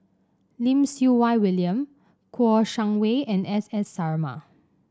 Lim Siew Wai William Kouo Shang Wei and S S Sarma